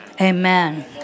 Amen